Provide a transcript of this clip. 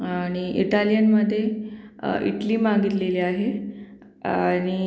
आणि इटालियनमध्ये इटली मागितलेली आहे आणि